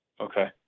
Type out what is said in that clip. Okay